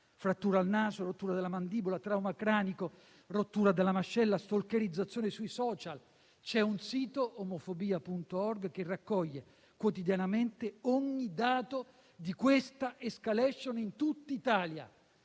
frattura al naso, rottura della mandibola, trauma cranico, rottura della mascella, stalkerizzazione sui *social*. C'è un sito, «omofobia.org», che raccoglie quotidianamente ogni dato di questa *escalation* in tutta Italia.